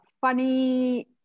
funny